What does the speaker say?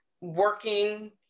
working